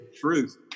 truth